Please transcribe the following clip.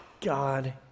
God